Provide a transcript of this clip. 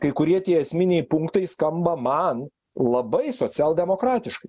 kai kurie tie esminiai punktai skamba man labai socialdemokratiškai